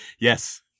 Yes